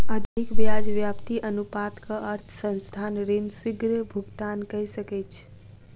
अधिक ब्याज व्याप्ति अनुपातक अर्थ संस्थान ऋण शीग्र भुगतान कय सकैछ